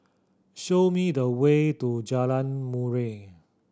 show me the way to Jalan Murai